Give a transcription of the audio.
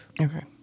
Okay